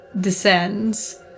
descends